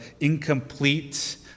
incomplete